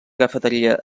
cafeteria